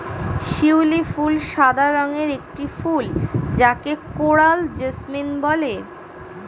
শিউলি ফুল সাদা রঙের একটি ফুল যাকে কোরাল জেসমিন বলে